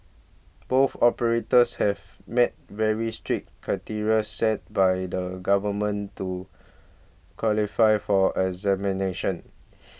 both operators have met very strict criteria set by the government to qualify for examination